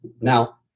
Now